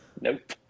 Nope